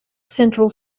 central